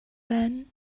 then